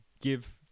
give